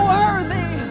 worthy